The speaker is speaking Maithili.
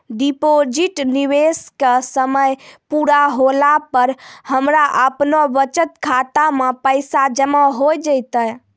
डिपॉजिट निवेश के समय पूरा होला पर हमरा आपनौ बचत खाता मे पैसा जमा होय जैतै?